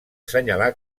assenyalar